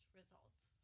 results